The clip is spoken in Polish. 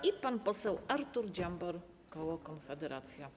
I pan poseł Artur Dziambor, koło Konfederacja.